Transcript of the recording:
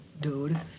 dude